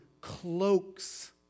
cloaks